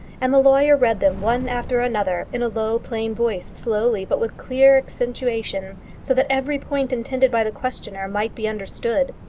and the lawyer read them one after another, in a low, plain voice, slowly, but with clear accentuation, so that every point intended by the questioner might be understood.